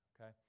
Okay